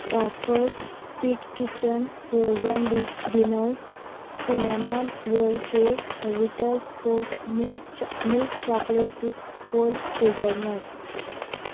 Stouffer's fit kitchen frozen d dinners cinnamon roll cake Ritter Sport milk milk chocolate with whole hazelnuts